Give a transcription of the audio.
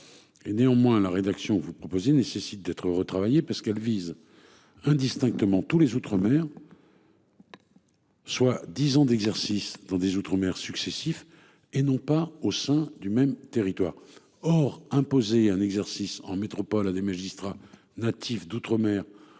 Et néanmoins la rédaction vous proposez nécessite d'être retravaillé parce qu'elle vise indistinctement tous les outre-mer. Soit 10 ans d'exercice dans des Outre-mer successifs et non pas au sein du même territoire or imposer un exercice en métropole à des magistrats. Natif d'outre-mer